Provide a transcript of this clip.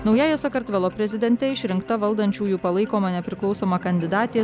naująja sakartvelo prezidente išrinkta valdančiųjų palaikoma nepriklausoma kandidatė